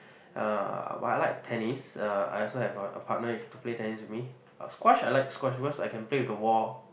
uh well I like tennis uh I also have a a partner to play tennis with me but squash I like squash because I can play with the wall